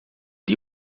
die